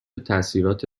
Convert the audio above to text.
تاثیرات